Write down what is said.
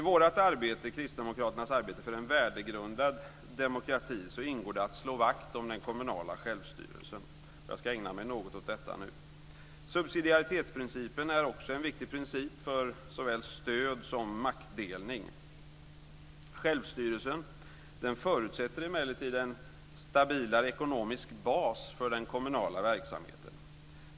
I kristdemokraternas arbete för en värdegrundad demokrati ingår det att slå vakt om den kommunala självstyrelsen, och jag ska ägna mig något åt detta nu. Subsidiaritetsprincipen är också en viktig princip för såväl stöd som maktdelning. Självstyrelsen förutsätter emellertid en stabilare ekonomisk bas för den kommunala verksamheten.